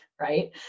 right